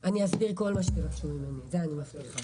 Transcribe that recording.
אסביר כל מה שיבקשו ממני, את זה אני מבטיחה.